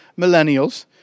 millennials